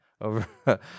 over